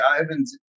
Ivan's